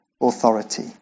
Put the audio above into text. authority